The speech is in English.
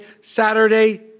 Saturday